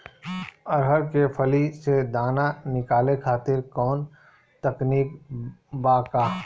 अरहर के फली से दाना निकाले खातिर कवन तकनीक बा का?